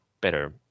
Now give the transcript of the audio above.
better